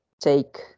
take